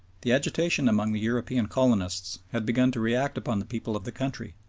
the agitation among the european colonists had begun to react upon the people of the country,